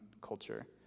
culture